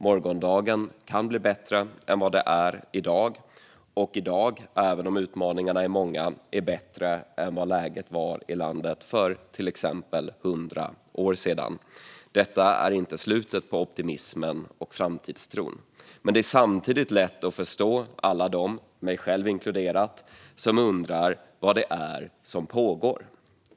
Morgondagen kan bli bättre än läget i dag, och även om utmaningarna är många är läget i dag bättre än vad läget var i landet för till exempel hundra år sedan. Detta är inte slutet på optimismen och framtidstron. Men det är samtidigt lätt att förstå alla dem, mig själv inkluderad, som undrar vad det är som pågår.